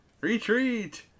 Retreat